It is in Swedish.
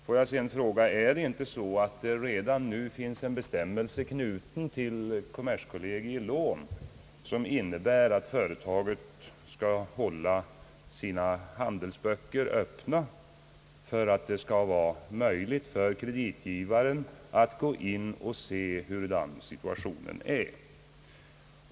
Får jag fråga: Är det inte så att det redan nu finns en bestämmelse knuten till kommerskollegii lån, som innebär att företaget skall hålla sina handelsböcker öppna för att det skall vara möjligt för kreditgivaren att se hur situationen är?